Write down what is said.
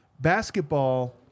basketball